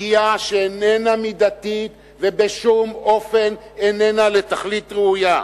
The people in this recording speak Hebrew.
פגיעה שאינה מידתית ובשום אופן אינה לתכלית ראויה.